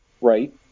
right